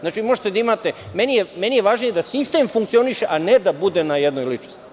Znači, možete da imate, a meni je važnije da sistem funkcioniše, a ne da bude na jednoj ličnosti.